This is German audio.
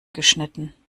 geschnitten